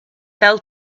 fell